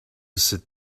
sit